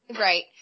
Right